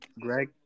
Greg